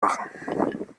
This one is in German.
machen